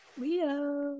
Leo